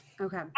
Okay